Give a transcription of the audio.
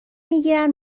میگیرند